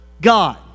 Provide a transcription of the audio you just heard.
God